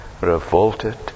revolted